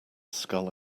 skull